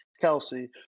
Kelsey